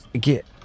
Get